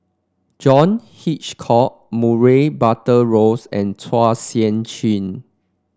John Hitchcock Murray Buttrose and Chua Sian Chin